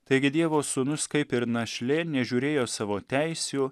taigi dievo sūnus kaip ir našlė nežiūrėjo savo teisių